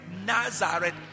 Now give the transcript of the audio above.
Nazareth